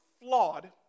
flawed